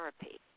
therapy